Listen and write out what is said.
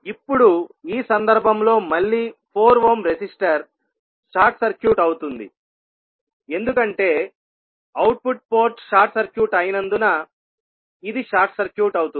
ఇప్పుడు ఈ సందర్భంలో మళ్ళీ 4 ఓమ్ రెసిస్టర్ షార్ట్ సర్క్యూట్ అవుతుంది ఎందుకంటే అవుట్పుట్ పోర్ట్ షార్ట్ సర్క్యూట్ అయినందున ఇది షార్ట్ సర్క్యూట్ అవుతుంది